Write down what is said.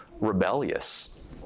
rebellious